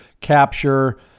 capture